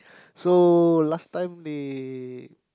so last time they